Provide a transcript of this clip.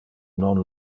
non